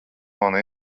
mani